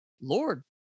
lord